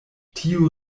tiu